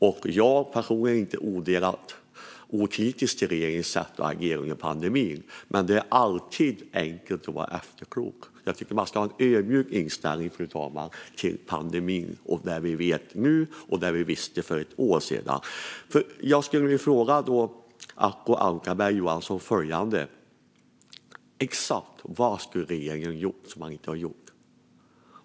Jag är personligen inte odelat okritisk till regeringens sätt att agera under pandemin, men det är alltid enkelt att vara efterklok. Jag tycker att man ska ha en ödmjuk inställning till pandemin och det vi vet nu och det vi visste för ett år sedan. Låt mig fråga Acko Ankarberg Johansson: Exakt vad skulle regeringen ha gjort som man inte har gjort?